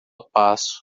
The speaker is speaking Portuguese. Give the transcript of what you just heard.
passo